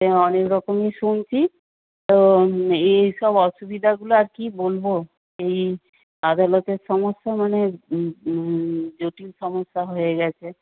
সে অনেক রকমই শুনছি তো এই সব অসুবিধাগুলো আর কী বলব এই আদালতের সমস্যা মানে জটিল সমস্যা হয়ে গেছে